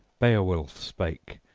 beowulf spake,